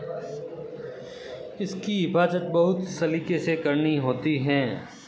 इसकी हिफाज़त बहुत सलीके से करनी होती है